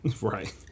Right